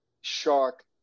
shark